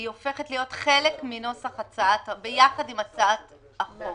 היא הופכת להיות ביחד עם הצעת החוק.